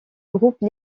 groupe